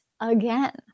again